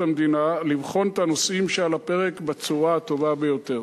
המדינה לבחון את הנושאים שעל הפרק בצורה הטובה ביותר.